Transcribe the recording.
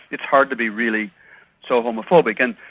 it's hard to be really so homophobic, and.